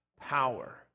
power